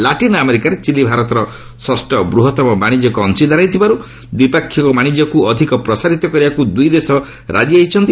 latrine ଆମେରିକାରେ Chile ଭାରତର ଷଷ୍ଠ ବୃହତ୍ତମ ବାଶିଜ୍ୟିକ ଅଂଶୀଦାର ହୋଇଥିବାର୍ ଦ୍ୱିପାକ୍ଷିକ ବାଣିଜ୍ୟକ୍ ଅଧିକ ପ୍ରସାରିତ କରିବାକ୍ ଦୂଇ ଦେଶ ରାଜି ହୋଇଛନ୍ତି